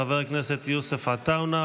חבר הכנסת יוסף עטאונה,